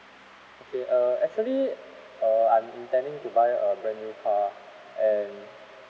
okay err actually uh I'm intending to buy a brand new car and